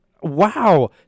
wow